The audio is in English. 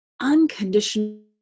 unconditional